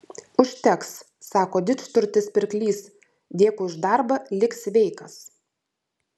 užteks sako didžturtis pirklys dėkui už darbą lik sveikas